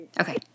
Okay